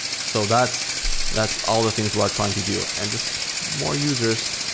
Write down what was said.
so that's that's all the things we're trying to do and just more users,